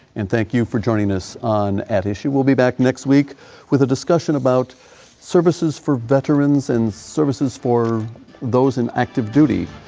and thank you for joining us on at issue. we will be back next week with a discussion about services for veterans and services for those in active duty,